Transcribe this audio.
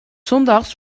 zondags